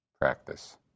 practice